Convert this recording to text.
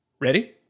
Ready